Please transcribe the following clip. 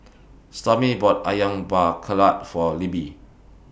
Stormy bought Ayam Buah Keluak For Libbie